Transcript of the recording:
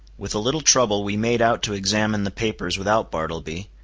with a little trouble we made out to examine the papers without bartleby,